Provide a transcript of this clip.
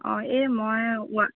অঁ এই মই